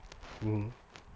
mmhmm